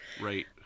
Right